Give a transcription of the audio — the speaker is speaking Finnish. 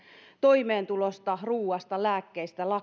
toimeentulosta ruuasta lääkkeistä